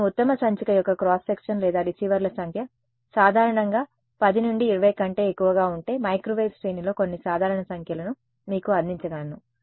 ఇప్పుడు నేను ఉత్తమ సంచిక యొక్క క్రాస్ సెక్షన్ లేదా రిసీవర్ల సంఖ్య సాధారణంగా 10 నుండి 20 కంటే ఎక్కువగా ఉంటే మైక్రోవేవ్ శ్రేణిలో కొన్ని సాధారణ సంఖ్యలను మీకు అందించగలను